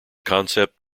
concept